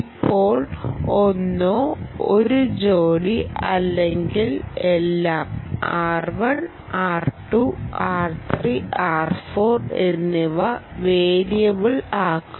ഇപ്പോൾ ഒന്നോ ഒരു ജോഡി അല്ലെങ്കിൽ എല്ലാം R1 R2 R3 R4 എന്നിവ വേരിയബിൾ ആക്കുമോ